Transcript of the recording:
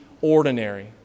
ordinary